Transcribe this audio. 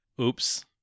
oops